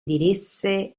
diresse